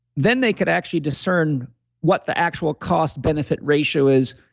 then they could actually discern what the actual cost benefit ratio is.